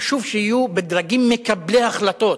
חשוב שיהיו בדרגים מקבלי החלטות,